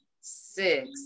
Six